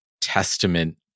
testament